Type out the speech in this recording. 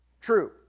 true